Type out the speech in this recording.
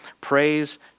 Praise